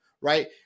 right